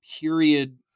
period